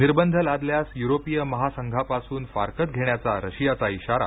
निर्बंध लादल्यास युरोपीय महासंघापासून फारकत घेण्याचा रशियाचा इशारा